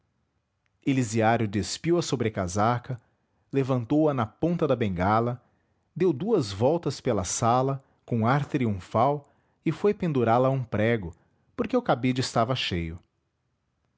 elisiário despiu a sobrecasaca levantou a na ponta da bengala deu duas voltas pela sala com ar triunfal e foi pendurá-la a um prego porque o cabide estava cheio